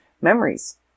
Memories